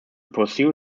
pursue